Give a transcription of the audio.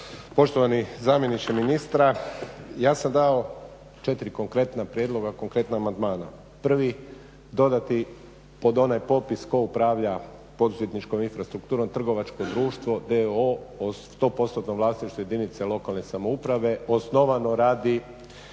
Poštovani zamjeniče ministra, ja sam dao 4 konkretna prijedloga konkretna amandmana. Prvi, dodati pod onaj popis tko upravlja poduzetničkom infrastrukturom trgovačko društvo d.o.o. o 100%-nom vlasništvu jedinice lokalne samouprave osnovano radi